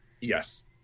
Yes